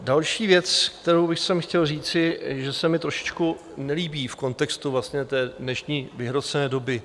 Další věc, kterou bych chtěl říci, že se mi trošičku nelíbí v kontextu vlastně té dnešní vyhrocené doby.